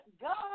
God